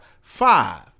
five